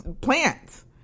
plants